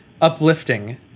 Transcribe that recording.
uplifting